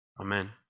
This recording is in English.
Amen